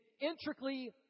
intricately